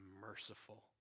merciful